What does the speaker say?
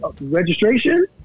registration